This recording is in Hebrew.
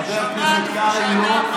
חבר הכנסת קרעי, לא.